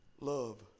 love